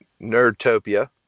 Nerdtopia